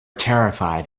terrified